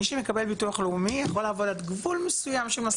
מי שמקבל ביטוח לאומי יכול לעבוד עד גבול מסוים של משכורת.